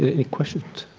ah any questions?